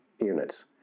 units